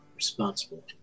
Responsible